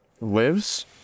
lives